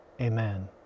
amen